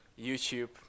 youtube